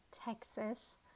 Texas